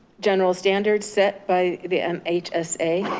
general standards set by the mhsa,